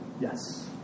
yes